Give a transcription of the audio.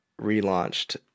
relaunched